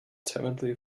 timidly